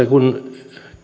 kun